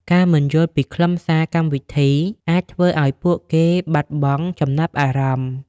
ការមិនយល់ពីខ្លឹមសារកម្មវិធីអាចធ្វើឱ្យពួកគេបាត់បង់ចំណាប់អារម្មណ៍។